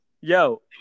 Yo